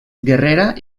guerrera